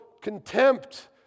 contempt